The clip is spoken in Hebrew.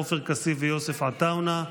עופר כסיף ויוסף עטאונה,